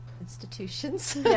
institutions